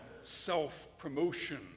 self-promotion